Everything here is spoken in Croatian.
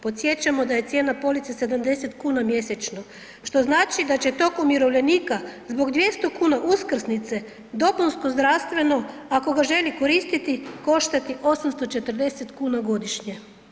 Podsjećamo da je cijena police 70,00 kn mjesečno, što znači da će tog umirovljenika zbog 200,00 kn uskrsnice dopunsko zdravstveno ako ga želi koristiti koštati 840,00 kn godišnje.